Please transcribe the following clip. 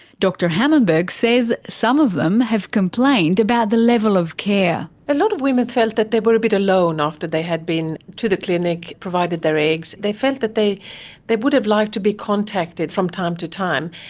dr hammarberg says some of them have complained about the level of care. a lot of women felt that they were a bit alone after they had been to the clinic, provided their eggs. they felt that they they would have liked to be contacted from time to time.